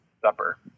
supper